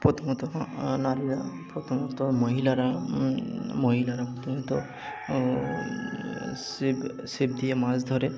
প্রথমত নারীরা প্রথমত মহিলারা মহিলারা প্রথমত ছিপ ছিপ দিয়ে মাছ ধরে